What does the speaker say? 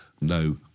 No